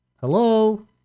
Hello